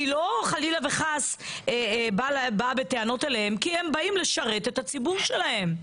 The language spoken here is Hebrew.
אני לא חלילה וחס באה בטענות אליהם כי הם באים לשרת את הציבור שלהם.